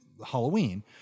Halloween